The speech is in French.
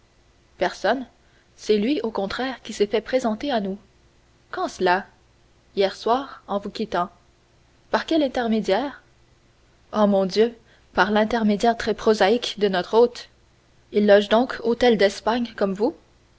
personne c'est lui au contraire qui s'est fait présenter à nous quand cela hier soir en vous quittant par quel intermédiaire oh mon dieu par l'intermédiaire très prosaïque de notre hôte il loge donc hôtel d'espagne comme vous